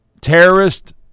terrorist